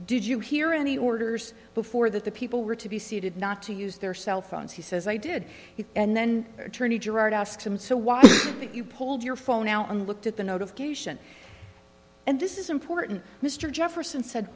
did you hear any orders before that the people were to be seated not to use their cell phones he says i did he and then attorney gerard asked him so why didn't you pulled your phone out on looked at the notification and this is important mr jefferson said